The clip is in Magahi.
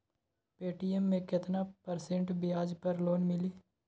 पे.टी.एम मे केतना परसेंट ब्याज पर लोन मिली?